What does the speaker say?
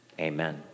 Amen